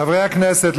חברי הכנסת,